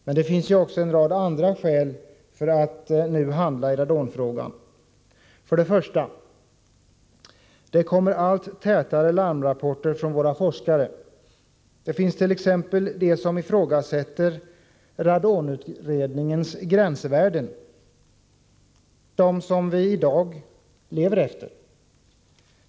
Men det finns också en rad andra skäl för att nu handla i radonfrågan. För det första: Det kommer allt tätare larmrapporter från våra forskare. Det finns t.ex. forskare som ifrågasätter radonutredningens gränsvärden — de värden som vi i dag lever efter.